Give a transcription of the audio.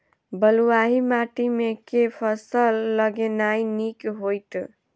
बलुआही माटि मे केँ फसल लगेनाइ नीक होइत?